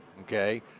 okay